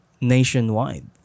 nationwide